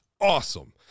awesome